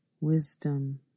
wisdom